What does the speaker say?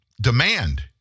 demand